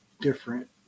different